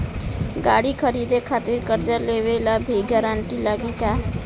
गाड़ी खरीदे खातिर कर्जा लेवे ला भी गारंटी लागी का?